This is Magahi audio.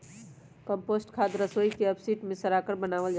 कम्पोस्ट खाद रसोई के अपशिष्ट के सड़ाकर बनावल जा हई